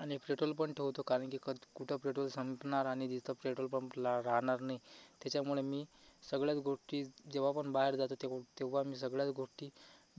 आणि पेट्रोलपण ठेवतो कारण की क कुठं पेट्रोल संपणार आणि जिथं पेट्रोल पंपला राहणार नाही तेच्यामुणे मी सगळ्याच गोष्टी जेव्हापण बाहेर जातो तेव्हा तेव्हा मी सगळ्याच गोष्टी